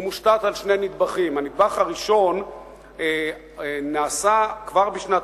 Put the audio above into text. הוא מושתת על שני נדבכים: הנדבך הראשון נעשה כבר בשנת